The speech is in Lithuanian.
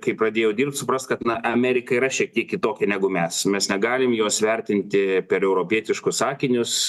kai pradėjau dirbt supras kad na amerika yra šiek tiek kitokia negu mes mes negalim jos vertinti per europietiškus akinius